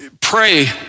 pray